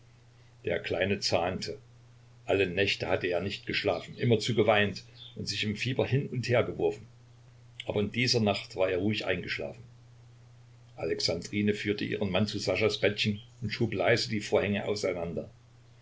der kleine zahnte alle nächte hatte er nicht geschlafen immerzu geweint und sich im fieber hin und hergeworfen aber in dieser nacht war er ruhig eingeschlafen alexandrine führte ihren mann zu saschas bettchen und schob leise die vorhänge auseinander